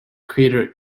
crater